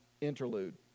interlude